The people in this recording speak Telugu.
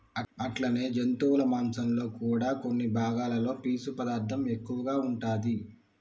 అట్లనే జంతువుల మాంసంలో కూడా కొన్ని భాగాలలో పీసు పదార్థం ఎక్కువగా ఉంటాది